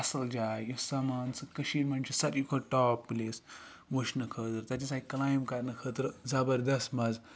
اصل جاے یۄس سہَ مان ژٕ کٔشیٖر مَنٛز چھِ ساروی کھۄتہٕ ٹاپ پلیس وٕچھنہٕ خٲطرٕ تَتہِ ہَسا کلایمب کَرنہٕ خٲطرٕ زَبَردَس مَزٕ